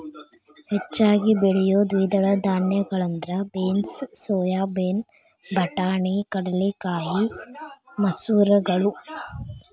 ಹೆಚ್ಚಾಗಿ ಬೆಳಿಯೋ ದ್ವಿದಳ ಧಾನ್ಯಗಳಂದ್ರ ಬೇನ್ಸ್, ಸೋಯಾಬೇನ್, ಬಟಾಣಿ, ಕಡಲೆಕಾಯಿ, ಮಸೂರಗಳು